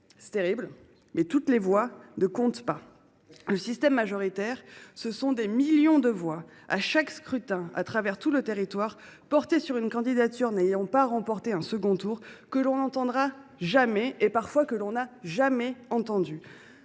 c’est terrible –, toutes les voix ne comptent pas. Le système majoritaire, ce sont des millions de voix, à chaque scrutin, à travers tout le territoire, portées sur une candidature n’ayant pas remporté le second tour, que l’on n’entendra jamais et que l’on n’a parfois jamais entendues.